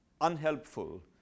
unhelpful